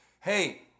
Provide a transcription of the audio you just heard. Hey